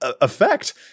effect